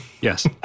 Yes